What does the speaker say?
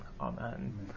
Amen